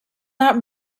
not